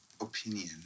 opinion